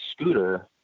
scooter